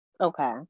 okay